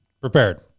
Prepared